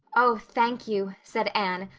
oh, thank you, said anne,